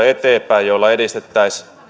eteenpäin ratkaisuja joilla edistettäisiin